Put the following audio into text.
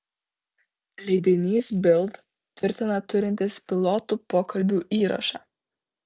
leidinys bild tvirtina turintis pilotų pokalbių įrašą